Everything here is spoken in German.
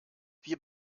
wir